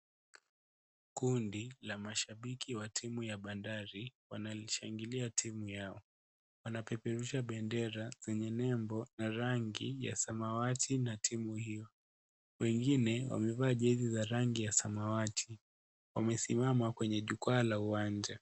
Kundi la mashabiki wa timu ya Bandari wanaishangilia timu yao. Wanapeperusha bendera zenye nembo na rangi ya samawati na timu hiyo. Wengine wamevaa jezi za rangi ya samawati. Wamesimama kwenye jukwaa la uwanja.